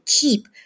keep